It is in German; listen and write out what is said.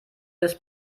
des